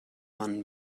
man